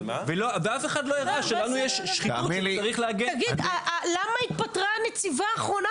נדמה לי שיש פה מספיק אלופים